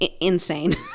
insane